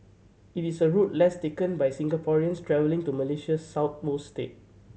it is a route less taken by Singaporeans travelling to Malaysia's southernmost state